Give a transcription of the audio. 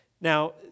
Now